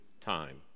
time